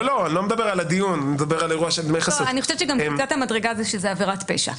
אני חושבת שקפיצת המדרגה שזה עבירת פשע.